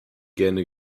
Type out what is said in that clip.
gerne